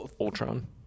ultron